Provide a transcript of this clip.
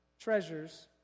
treasures